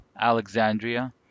Alexandria